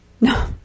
no